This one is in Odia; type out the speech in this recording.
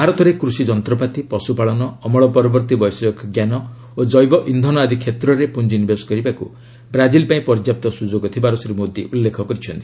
ଭାରତରେ କୃଷିଯନ୍ତ୍ରପାତି ପଶୁପାଳନ ଅମଳ ପରବର୍ତ୍ତୀ ବୈଷୟିକ ଜ୍ଞାନ ଓ ଜୈବ ଇନ୍ଧନ ଆଦି କ୍ଷେତ୍ରରେ ପୁଞ୍ଜି ନିବେଶ କରିବାକୁ ବ୍ରାଜିଲ ପାଇଁ ପର୍ଯ୍ୟାପ୍ତ ସୁଯୋଗ ଥିବାର ଶ୍ରୀ ମୋଦି ଉଲ୍ଲେଖ କରିଛନ୍ତି